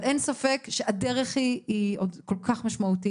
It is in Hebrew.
אבל אין ספק שהדרך היא עוד כל כך משמעותית